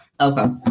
Okay